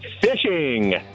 Fishing